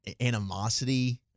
animosity